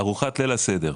ארוחת ליל הסדר,